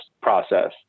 process